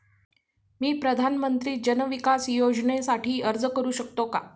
मी प्रधानमंत्री जन विकास योजनेसाठी अर्ज करू शकतो का?